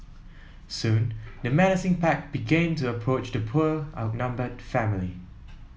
soon the menacing pack began to approach the poor outnumbered family